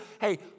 hey